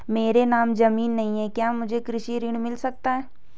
मेरे नाम ज़मीन नहीं है क्या मुझे कृषि ऋण मिल सकता है?